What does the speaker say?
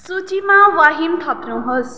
सूचीमा वाहिम थप्नुहोस्